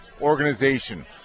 organization